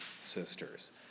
sisters